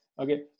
Okay